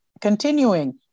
continuing